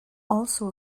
also